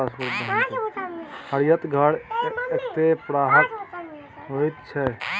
हरित घर कतेक प्रकारक होइत छै?